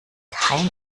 kein